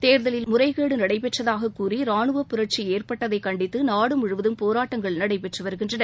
தேர்தலில் முறைகேடு நடைபெற்றதாகக் கூறி ரானுவ புரட்சி ஏற்பட்டதை கண்டித்து நாடு முழுவதும் போராட்டங்கள் நடைபெற்று வருகின்றன